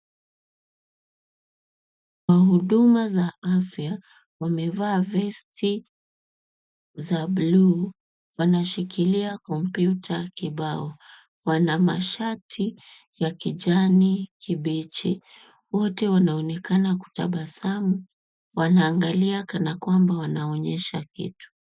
Wahudumu wa afya wamevaa vesti za buluu. Wanashikila kompyuta kibao. Wana mashati ya kijani kibichi. Wote wanaonekana kutabasamu wanaangalia kana kwamba wanaonyesha kitu.